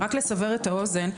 רק לסבר את האוזן,